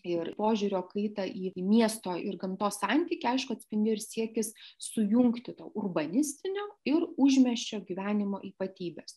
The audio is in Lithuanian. ir požiūrio kaitą į miesto ir gamtos santykį aišku atspindi ir siekis sujungti tą urbanistinio ir užmiesčio gyvenimo ypatybes